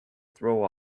throw